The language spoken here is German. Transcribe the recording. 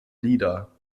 lieder